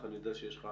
אני יודע שיש לך